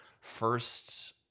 first